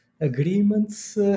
agreements